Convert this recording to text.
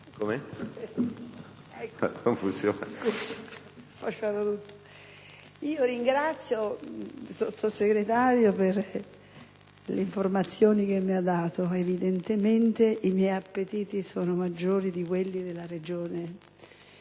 Ringrazio il Sottosegretario per le informazioni che mi ha dato. Evidentemente i miei appetiti sono maggiori di chi governa